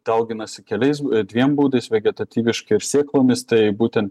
dauginasi keliais dviem būdais vegetatyviškai ir sėklomis tai būtent